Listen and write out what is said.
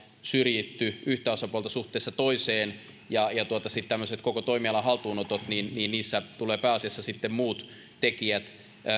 syrjitty yhtä osapuolta suhteessa toiseen ja ja sitten tämmöisissä koko toimialan haltuunotoissa tulevat pääasiassa muut tekijät